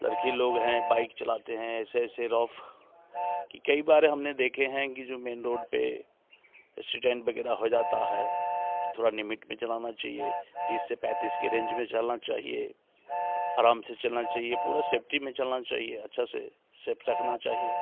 लड़के लोग हैं बाइक चलाते हैं ऐसे ऐसे रफ कि कई बार हमने देखे हैं कि जो मैन रोड पे एक्सीडेंट वगैरह हो जाता है तो थोड़ा लिमिट में चलाना चाहिए तीस से पैंतीस की रेंज में चलना चाहिए आराम से चलना चाहिए पूरा सेफ्टी में चलना चाहिए अच्छा से सेफ रखना चाहिए